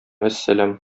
вәссәлам